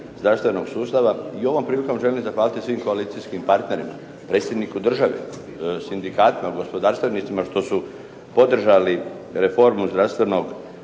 zdravstvenog sustava. I ovom prilikom želim zahvaliti svim koalicijskim partnerima, predsjedniku države, sindikatima, gospodarstvenicima što su podržali reformu zdravstvenog